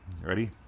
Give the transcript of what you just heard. ready